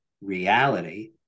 reality